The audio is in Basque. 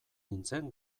nintzen